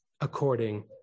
according